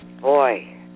Boy